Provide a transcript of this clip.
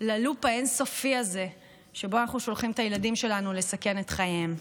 ללופ האין-סופי הזה שבו אנחנו שולחים את הילדים שלנו לסכן את חייהם.